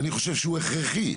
אני חושב שהוא הכרחי.